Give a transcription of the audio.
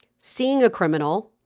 seeing a criminal,